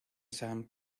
san